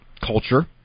culture